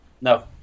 No